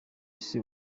isi